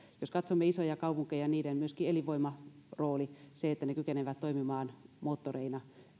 jos katsomme isoja kaupunkeja niiden myöskin elinvoimaroolia sitä että ne kykenevät toimimaan kasvumoottoreina